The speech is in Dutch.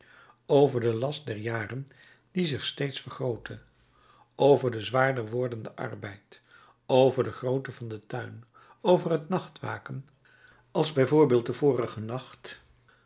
over den last der jaren die zich steeds vergrootte over den zwaarder wordenden arbeid over de grootte van den tuin over het nachtwaken als bij voorbeeld den vorigen nacht